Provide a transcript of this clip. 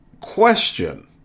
Question